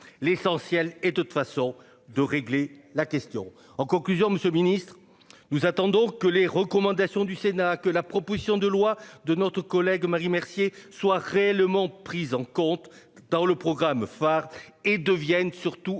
L'essentiel est de toute façon de régler la question en conclusion, Monsieur le Ministre, nous attendons que les recommandations du Sénat que la proposition de loi de notre collègue Marie Mercier soient réellement prises en compte dans le programme phare et deviennent surtout